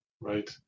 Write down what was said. right